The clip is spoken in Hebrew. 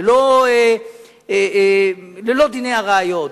ללא דיני הראיות,